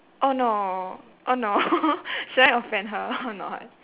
oh no oh no should I offend her or not